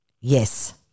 Yes